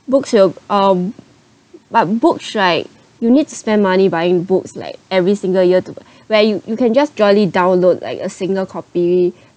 books will um but books right you need to spend money buying books like every single year to where you you can just jolly download like a single copy